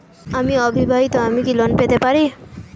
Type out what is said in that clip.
আমি অবিবাহিতা আমি কি লোন পেতে পারি?